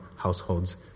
households